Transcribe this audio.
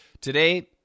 Today